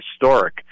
historic